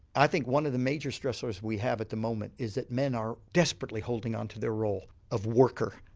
i think one of the major stresses we have at the moment is that men are desperately holding onto their role of worker.